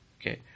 Okay